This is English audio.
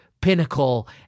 Pinnacle